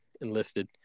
enlisted